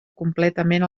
completament